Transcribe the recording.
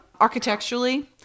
Architecturally